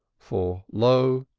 for lo,